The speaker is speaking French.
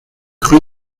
rue